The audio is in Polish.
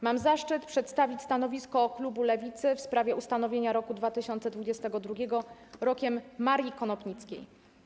Mam zaszczyt przedstawić stanowisko klubu Lewicy w sprawie ustanowienia roku 2022 Rokiem Marii Konopnickiej.